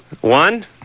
One